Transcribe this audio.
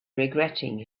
regretting